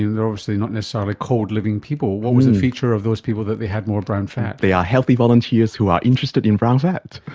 they are obviously not necessarily cold living people, what was the feature of those people that they had more brown fat? they are healthy volunteers who are interested in brown fat.